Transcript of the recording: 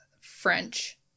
French